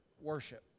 worship